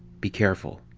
be careful.